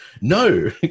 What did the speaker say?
no